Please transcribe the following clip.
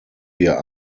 wir